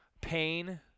pain